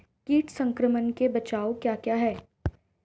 कीट संक्रमण के बचाव क्या क्या हैं?